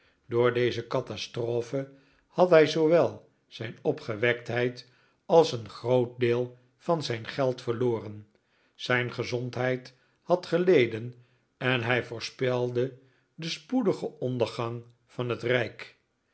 door deze catastrophe had hij zoowel zijn opgewektheid als een groot deel van zijn geld verloren zijn gezondheid had geleden en hij voorspelde den spoedigen ondergang van het rijk